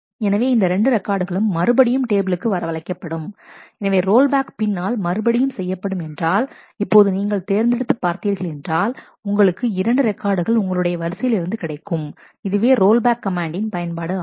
எனவே இந்த இரண்டு ரெக்கார்டுகளும் மறுபடியும் டேபிளுக்கு வரவழைக்கப்படும் எனவே ரோல்பேக் பின்னால் மறுபடியும் செய்யப்படும் என்றால் இப்போது நீங்கள் தேர்ந்தெடுத்து பார்த்தீர்கள் என்றால் உங்களுக்கு இரண்டு ரெக்கார்டுகள் உங்களுடைய வரிசையிலிருந்து கிடைக்கும் இதுவே ரோல்பேக் கமெண்டின் பயன்பாடு ஆகும்